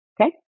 okay